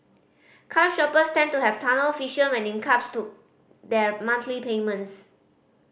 car shoppers tend to have tunnel vision when it comes to their monthly payments